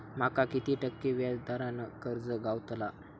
माका किती टक्के व्याज दरान कर्ज गावतला?